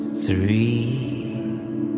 Three